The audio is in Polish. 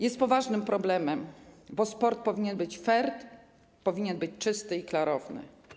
Jest to poważny problem, bo sport powinien być fair, powinien być czysty i klarowny.